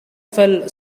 fell